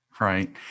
right